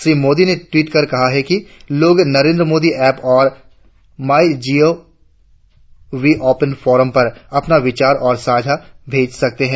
श्री मोदी ने टवीट कर कहा है कि लोग नरेंद्र मोदी ऐप और my G O V open forum पर अपने विचार और सुझाव भेज सकते है